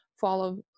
follow